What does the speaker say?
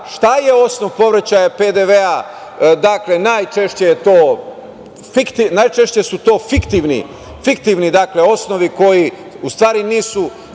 šta je osnov povraćaja PDV-a, dakle najčešće su to fiktivni osnovi koji, u stvari nisu